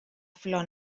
flor